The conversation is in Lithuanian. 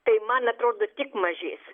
tai man atrodo tik mažės